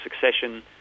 succession